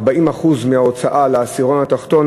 40% מההוצאה לעשירון התחתון,